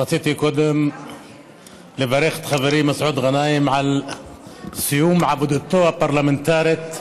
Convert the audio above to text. רציתי קודם לברך את חברי מסעוד גנאים לסיום עבודתו הפרלמנטרית,